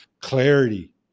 clarity